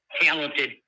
talented